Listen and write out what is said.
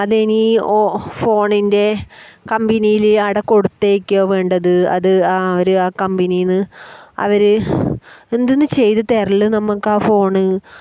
അതിനി ഓ ഫോണിൻ്റെ കമ്പിനിയ് ആട കൊടുത്തേക്കാണോ വേണ്ടത് അത് ആ അവർ ആ കമ്പിനിയിൽ നിന്ന് അവർ എന്തുന്ന് ചെയ്ത് തരൽ നമുക്ക് ആ ഫോൺ